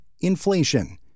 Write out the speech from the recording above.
inflation